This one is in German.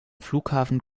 flughafen